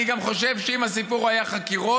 אני גם חושב שאם הסיפור היה חקירות,